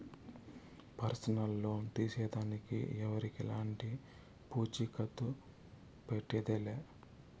personal loan తీసేదానికి ఎవరికెలంటి పూచీకత్తు పెట్టేదె లా